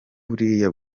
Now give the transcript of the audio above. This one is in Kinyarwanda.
buriya